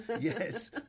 yes